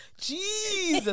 jesus